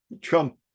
Trump